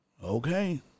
Okay